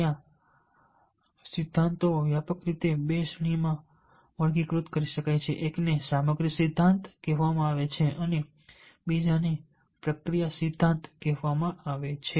ત્યાં અને સિદ્ધાંતોને વ્યાપક રીતે 2 શ્રેણીઓમાં વર્ગીકૃત કરી શકાય છે એકને સામગ્રી સિદ્ધાંત કહેવામાં આવે છે અને બીજાને પ્રક્રિયા સિદ્ધાંત કહેવાય છે